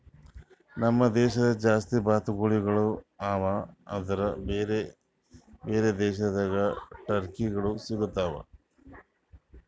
ನಮ್ ದೇಶದಾಗ್ ಜಾಸ್ತಿ ಬಾತುಕೋಳಿಗೊಳ್ ಅವಾ ಆದುರ್ ಬೇರೆ ಬೇರೆ ದೇಶದಾಗ್ ಟರ್ಕಿಗೊಳ್ ಸಿಗತಾವ್